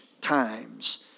times